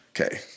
okay